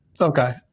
Okay